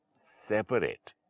separate